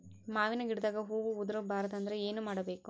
ಮಾವಿನ ಗಿಡದಾಗ ಹೂವು ಉದುರು ಬಾರದಂದ್ರ ಏನು ಮಾಡಬೇಕು?